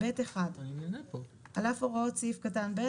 "(ב1) על אף הוראות סעיף קטן (ב),